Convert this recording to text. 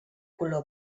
color